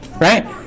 right